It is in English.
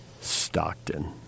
Stockton